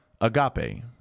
agape